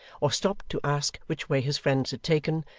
or stopped to ask which way his friends had taken,